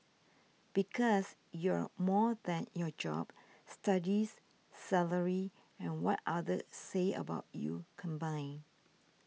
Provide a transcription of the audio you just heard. because you're more than your job studies salary and what others say about you combined